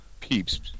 peeps